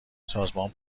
سازمان